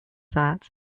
that